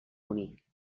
bonic